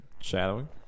shadowing